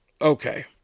Okay